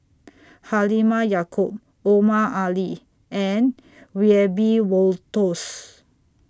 Halimah Yacob Omar Ali and Wiebe Wolters